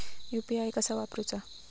UPI कसा वापरूचा?